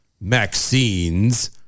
Maxine's